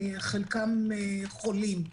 חלקם חולים,